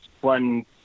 one